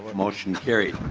motion carries.